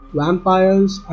vampires